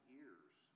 ears